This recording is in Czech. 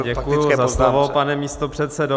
Děkuji za slovo, pane místopředsedo.